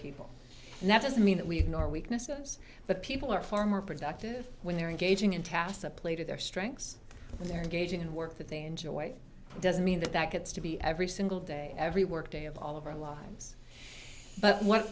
people and that doesn't mean that we have in our weaknesses but people are far more productive when they're engaging in tasks a play to their strengths they're engaging in work that they enjoy doesn't mean that that gets to be every single day every workday of all of our lives but what